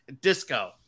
Disco